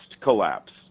collapse